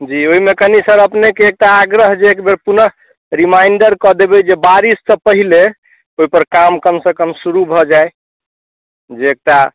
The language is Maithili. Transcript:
जी ओहिमे कनि सर अपनेके एकटा आग्रह जे एकबेर पुनः रिमाइंडर कऽ देबै जे बारिशसँ पहिने ओहिपर काम कमसँ कम शुरू भऽ जाय जे एकटा